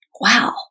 wow